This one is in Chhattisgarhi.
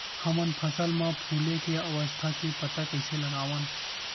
हमन फसल मा फुले के अवस्था के पता कइसे लगावन?